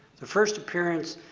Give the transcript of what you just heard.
the first appearance,